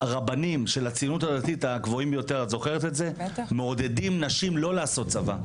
שהרבנים של הציונות הדתית הגבוהים ביותר מעודדים נשים לא לעשות צבא.